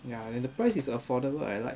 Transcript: ya and the price is affordable I like